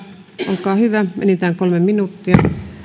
olkaa hyvä enintään kolme minuuttia